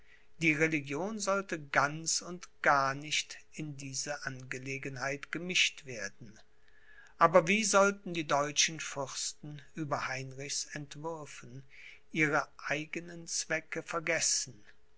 die religion sollte ganz und gar nicht in diese angelegenheit gemischt werden aber wie sollten die deutschen fürsten über heinrichs entwürfen ihre eigenen zwecke vergessen